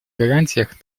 гарантиях